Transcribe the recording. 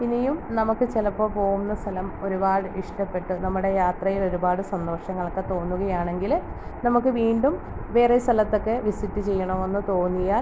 ഇനിയും നമുക്ക് ചിലപ്പോൾ പോവുന്ന സ്ഥലം ഒരുപാട് ഇഷ്ടപ്പെട്ട് നമ്മുടെ യാത്രയിൽ ഒരുപാട് സന്തോഷങ്ങളക്കെ തോന്നുകയാണെങ്കിൽ നമുക്ക് വീണ്ടും വേറെ സ്ഥലത്തൊക്കെ വിസിറ്റ് ചെയ്യണമെന്ന് തോന്നിയാൽ